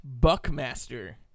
Buckmaster